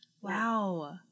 Wow